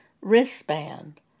wristband